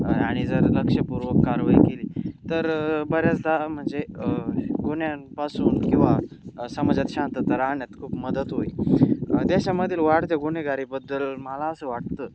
आणि जर लक्षपूर्वक कारवाई केली तर बऱ्याचदा म्हणजे गुन्ह्यांपासून किंवा समाजात शांतता राहण्यास खूप मदत होईल देशामधील वाढते गुन्हेगारीबद्दल मला असं वाटतं